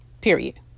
period